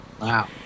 Wow